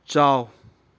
ꯆꯥꯎ